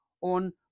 on